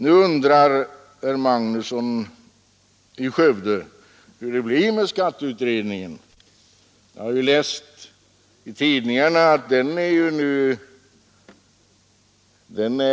Nu undrar herr Magnusson i Borås hur det blir med skatteutredningen. Jag har läst i tidningarna att den skulle vara